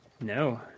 No